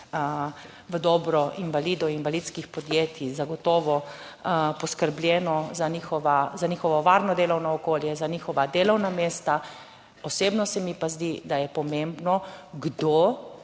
v dobro invalidov, invalidskih podjetij, zagotovo poskrbljeno za njihova, za njihovo varno delovno okolje, za njihova delovna mesta. Osebno se mi pa zdi, da je pomembno, kdo